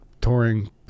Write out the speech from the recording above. touring